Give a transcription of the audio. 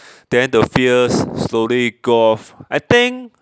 then the fears slowly go off I think